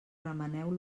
remeneu